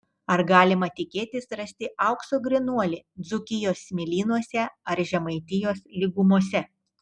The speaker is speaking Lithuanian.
ar galima tikėtis rasti aukso grynuolį dzūkijos smėlynuose ar žemaitijos lygumose